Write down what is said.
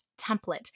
template